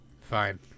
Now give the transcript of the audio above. Fine